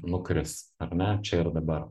nukris ar ne čia ir dabar